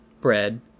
bread